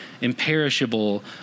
imperishable